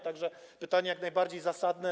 Tak że pytanie jest jak najbardziej zasadne.